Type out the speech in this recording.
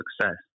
success